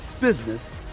business